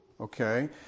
Okay